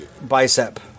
bicep